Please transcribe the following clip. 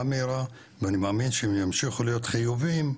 מהירה ואני מאמין שהם ימשיכו להיות חיוביים,